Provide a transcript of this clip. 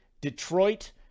Detroit